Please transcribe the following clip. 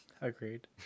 Agreed